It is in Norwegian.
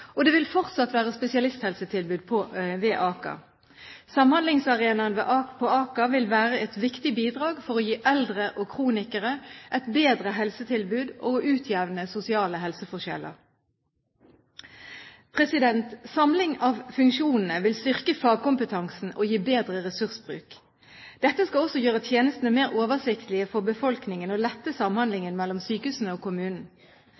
og det vil fortsatt være spesialisthelsetilbud ved Aker. Samhandlingsarenaen på Aker vil være et viktig bidrag for å gi eldre og kronikere et bedre helsetilbud og utjevne sosiale helseforskjeller. Samling av funksjonene vil styrke fagkompetansen og gi bedre ressursbruk. Dette skal også gjøre tjenestene mer oversiktlige for befolkningen og lette samhandlingen mellom sykehusene og kommunen.